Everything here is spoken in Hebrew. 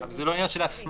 אבל זה לא עניין של הסמכה,